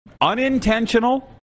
Unintentional